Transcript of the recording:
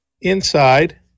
inside